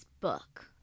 book